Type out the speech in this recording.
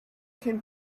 can